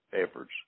efforts